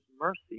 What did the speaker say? mercy